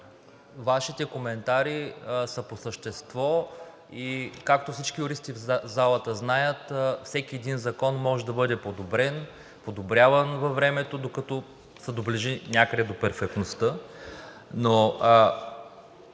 Вашите коментари са по същество. Както всички юристи в залата знаят, всеки един закон може да бъде подобрен, подобряван във времето, докато се доближи някъде до перфектността.